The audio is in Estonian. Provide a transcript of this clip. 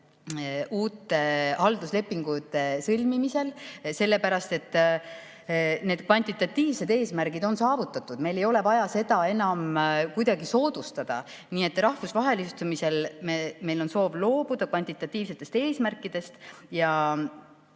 uute halduslepingute sõlmimisel, sest need kvantitatiivsed eesmärgid on saavutatud, meil ei ole vaja seda enam kuidagi soodustada. Rahvusvahelistumise puhul on meil soov loobuda kvantitatiivsetest eesmärkidest.